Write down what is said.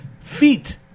feet